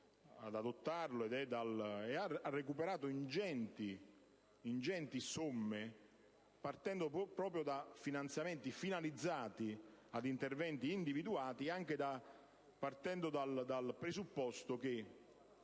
ad adottare e ha recuperato ingenti somme, partendo proprio da finanziamenti finalizzati ad interventi individuati, nel presupposto che